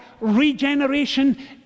regeneration